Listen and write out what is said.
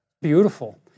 Beautiful